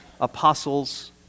apostles